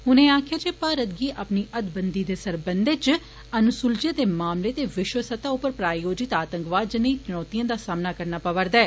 उनें आक्खेआ जे भारत गी अपनी हृद्दबंदी दे सरबंधै च अनसुलझे दे मामले ते विश्व स्तर उप्पर प्रायोजित आतंकवाद जनेही चुनौतिएं दा सामना करना पवा'रदा ऐ